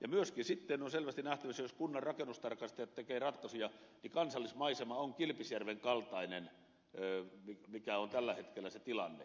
ja myöskin sitten on selvästi nähtävissä jos kunnan rakennustarkastajat tekevät ratkaisuja että kansallismaisema on kilpisjärven kaltainen mikä on tällä hetkellä se tilanne